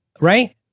right